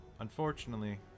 Unfortunately